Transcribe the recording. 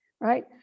right